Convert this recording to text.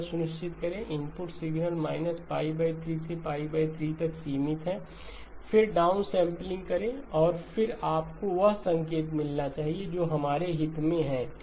सुनिश्चित करें कि इनपुट सिग्नल −π 3 से 3 तक सीमित है और फिर डाउन सैंपलिंग करें और फिर आपको वह संकेत मिलना चाहिए जो हमारे हित में है ठीक